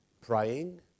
praying